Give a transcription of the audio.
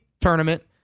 tournament